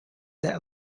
that